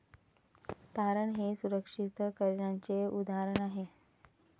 तारण हे सुरक्षित कर्जाचे उदाहरण आहे